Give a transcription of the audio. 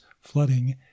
flooding